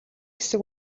хэсэг